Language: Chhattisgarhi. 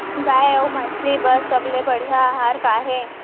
गाय अऊ मछली बर सबले बढ़िया आहार का हे?